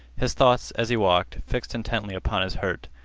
his thoughts, as he walked, fixed intently upon his hurt.